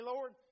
Lord